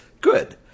good